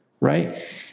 right